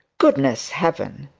goodness heaven!